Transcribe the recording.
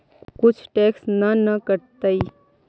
कुछ टैक्स ना न कटतइ?